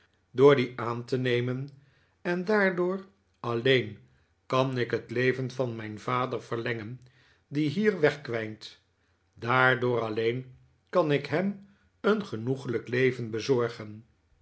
door die aan te nemen en daardoor alleen kan ik het leven van mijn vader verlengen die hier verkwijnt daardoor alleen kan ik hem een genoeglijk leven bezorgen